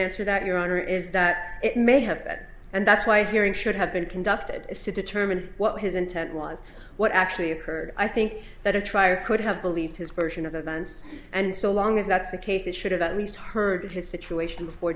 answer that your honor is that it may have that and that's why hearing should have been conducted is to determine what his intent was what actually occurred i think that a trier could have believed his version of events and so long as that's the case it should have at least heard of his situation before